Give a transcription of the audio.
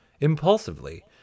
Impulsively